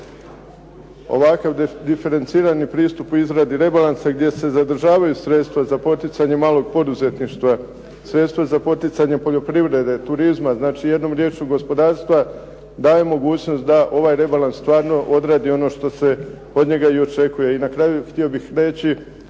ovakav diferencirani pristup u izradi rebalansa gdje se zadržavaju sredstva za poticanje malog poduzetništva, sredstva za poticanje poljoprivrede, turizma, znači jednom riječju gospodarstva, daje mogućnost da ovaj rebalans stvarno odradi ono što se od njega i očekuje. I na kraju htio bih reći,